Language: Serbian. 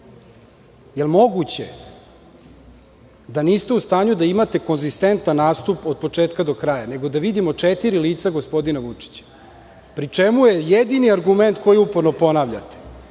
je moguće da niste u stanju da imate konzistentan nastup od početka do kraja, nego da vidimo četiri lica gospodina Vučića, pri čemu je jedini argument koji uporno ponavljate: